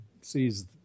sees